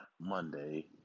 Monday